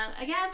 Again